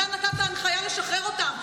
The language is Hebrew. אתה נתת הנחיה לשחרר אותם.